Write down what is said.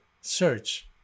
search